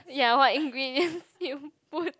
ya what ingredients you put